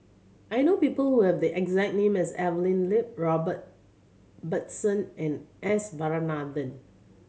I know people who have the exact name as Evelyn Lip Robert Ibbetson and S Varathan